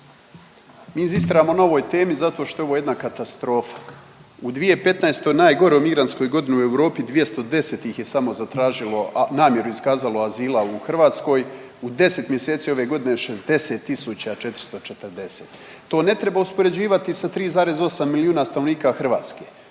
Mi inzistiramo na ovoj temi zato što je ovo jedna katastrofa u 2015. najgoroj migrantskoj godini u Europi 210 ih je samo zatražilo, namjeru iskazalo azila u Hrvatskoj u 10 mjeseci ove godine 60.440. To ne treba uspoređivati 3,8 milijuna stanovnika Hrvatske